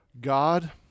God